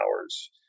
hours